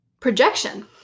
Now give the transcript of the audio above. projection